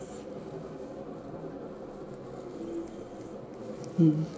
hmm